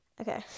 Okay